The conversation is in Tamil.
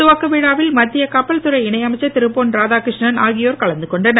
துவக்க விழாவில் மத்திய கப்பல்துறை இணை அமைச்சர் திரு பொன் ராதாகிருஷ்ணன் ஆகியோர் கலந்து கொண்டனர்